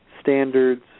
standards